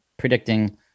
predicting